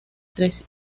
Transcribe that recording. tres